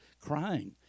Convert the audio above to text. crying